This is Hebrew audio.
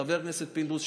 חבר הכנסת פינדרוס,